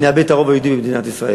נאבד את הרוב היהודי במדינת ישראל.